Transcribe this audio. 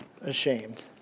ashamed